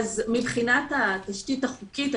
מבחינת התשתית החוקית,